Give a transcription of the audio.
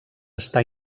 està